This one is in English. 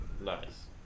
Nice